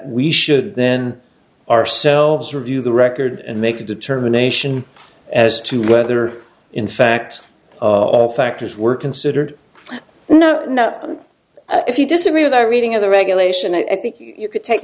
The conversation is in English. we should then ourselves review the record and make a determination as to whether in fact of factors were considered now not on if you disagree with our reading of the regulation i think you could take